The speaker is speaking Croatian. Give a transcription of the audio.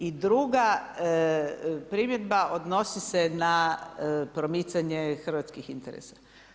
I druga primjedba, odnosi se na promicanje hrvatskih interesa.